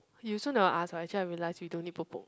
you also never ask [what] actually I realised you don't need